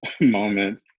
moment